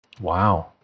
Wow